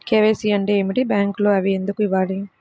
KYC అంటే ఏమిటి? బ్యాంకులో అవి ఎందుకు ఇవ్వాలి?